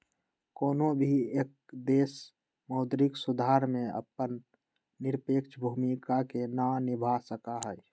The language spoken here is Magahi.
कौनो भी एक देश मौद्रिक सुधार में अपन निरपेक्ष भूमिका के ना निभा सका हई